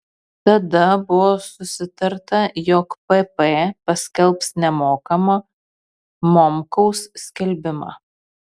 tada buvo susitarta jog pp paskelbs nemokamą momkaus skelbimą